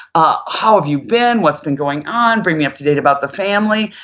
ah how have you been? what's been going on? bring me up to date about the family.